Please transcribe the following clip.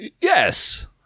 yes